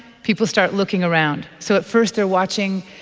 people start looking around. so at first they're watching,